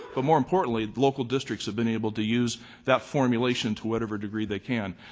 but more importantly, local districts have been able to use that formulation to whatever degree they can.